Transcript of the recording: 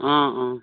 অঁ অঁ